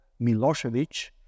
Milosevic